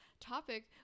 topic